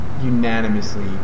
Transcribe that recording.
unanimously